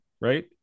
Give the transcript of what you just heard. right